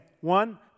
One